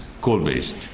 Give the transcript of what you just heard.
coal-based